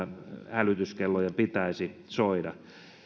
hälytyskellojen pitäisi soida